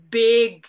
big